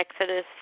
Exodus